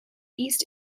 east